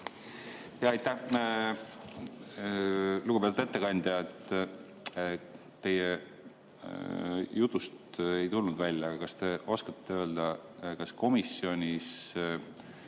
Aitäh! Lugupeetud ettekandja! Teie jutust ei tulnud välja, aga kas te oskate öelda, kas komisjonis